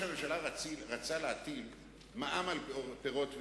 הממשלה רצה להטיל מע"מ על פירות וירקות,